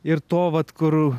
ir to vat kur